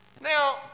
Now